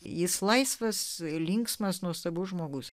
jis laisvas linksmas nuostabus žmogus